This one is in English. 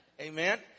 Amen